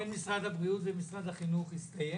הוויכוח בין משרד הבריאות לבין משרד הבריאות הסתיים?